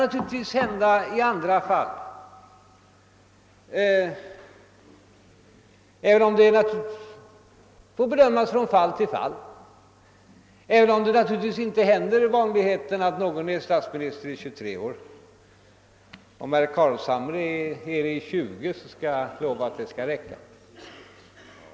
Beträffande andra memoarförfattare får saken bedömas från fall till fall. Det är ju inte vanligt att någon är statsminister i 23 år. Om herr Carlshamre kan vara det i 20 år, skall jag ifrågasätta om inte det kan räcka.